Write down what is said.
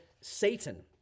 Satan